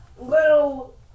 little